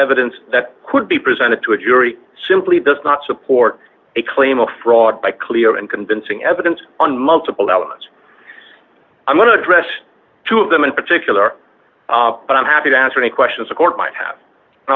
evidence that could be presented to a jury simply does not support a claim of fraud by clear and convincing evidence on multiple elements i'm going to address two of them in particular but i'm happy to answer any questions the court might have and